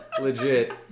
legit